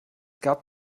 gab